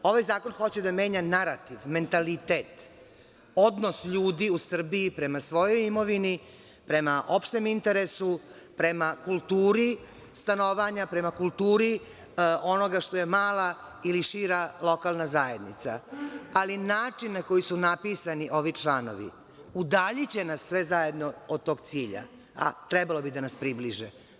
Ovaj zakon hoće da menja narativ, mentalitet, odnos ljudi u Srbiji prema svojoj imovini, prema opštem interesu, prema kulturi stanovanja, prema kulturi onoga što je mala ili šira lokalna zajednica, ali način na koji su napisani ovi članovi udaljiće nas sve zajedno od toga cilja, a trebalo bi da nas približe.